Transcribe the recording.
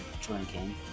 drinking